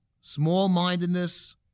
small-mindedness